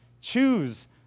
Choose